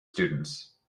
students